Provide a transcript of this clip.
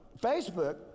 Facebook